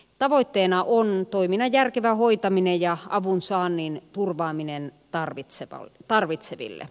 tavoitteena on toiminnan järkevä hoitaminen ja avunsaannin turvaaminen tarvitseville